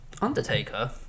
undertaker